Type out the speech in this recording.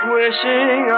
wishing